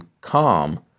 calm